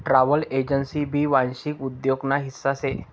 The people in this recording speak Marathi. ट्रॅव्हल एजन्सी भी वांशिक उद्योग ना हिस्सा शे